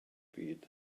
byd